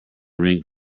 rink